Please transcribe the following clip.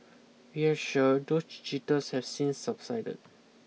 we're sure those jitters have since subsided